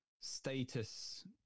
status